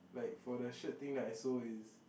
like for the shirt thing that I sold is